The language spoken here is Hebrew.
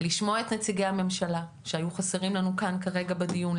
לשמוע את נציגי הממשלה שהיו חסרים לנו כאן כרגע בדיון,